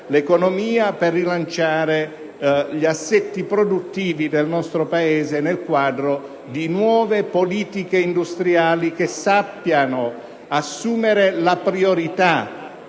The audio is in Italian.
l'economia e gli assetti produttivi del nostro Paese nel quadro di nuove politiche industriali che sappiano assumere le priorità